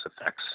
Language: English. effects